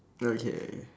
okay